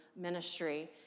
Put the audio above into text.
ministry